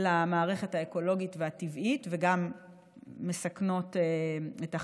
למערכת האקולוגית והטבעית וגם מסכנות את החי,